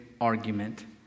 argument